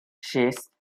шесть